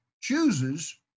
chooses